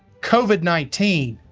covid nineteen,